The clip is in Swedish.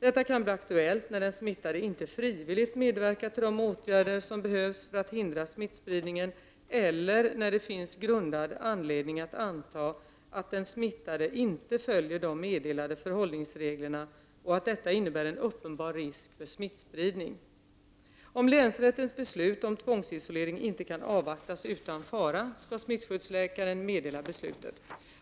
Detta kan bli aktuellt när den smittade inte frivilligt medverkar till de åtgärder som behövs för att hindra smittspridningen, eller när det finns grundad anledning att anta att den smittade inte följer de meddelade förhållningsreglerna, och att detta innebär en uppenbar risk för smittspridning. Om länsrättens beslut om tvångsisolering inte kan avvaktas utan fara skall smittskyddsläkaren meddela beslutet.